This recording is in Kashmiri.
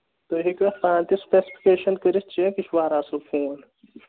تُہۍ ہیٚکِو اَتھ پانہٕ تہِ سٕپیسفِکیشَن کٔرِتھ چیک یہِ چھُ واراہ اَصٕل فون